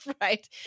Right